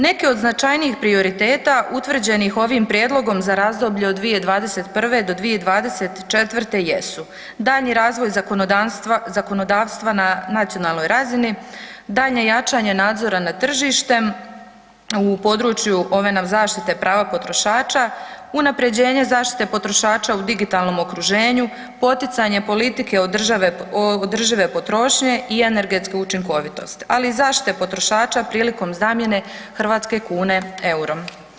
Neki od značajnijih prioriteta utvrđenih ovim prijedlogom za razdoblje od 2021. do 2024. jesu daljnji razvoj zakonodavstva na nacionalnoj razini, daljnje jačanje nadzora nad tržištem u području ove nam zaštite prava potrošača, unaprjeđenje zaštite potrošača u digitalnom okruženju, poticanje politike održive potrošnje i energetske učinkovitosti, ali i zaštite potrošača prilikom zamjene hrvatske kune EUR-om.